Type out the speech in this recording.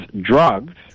drugs